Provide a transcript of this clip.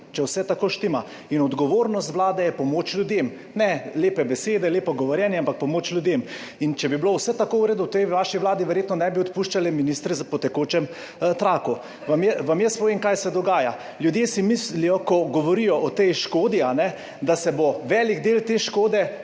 če vse tako štima? In odgovornost vlade je pomoč ljudem, ne lepe besede, lepo govorjenje, ampak pomoč ljudem. In če bi bilo vse tako v redu v tej vaši vladi, verjetno ne bi odpuščali ministrov po tekočem traku. Vam jaz povem, kaj se dogaja. Ljudje si mislijo, ko govorijo o tej škodi, da se bo velik del te škode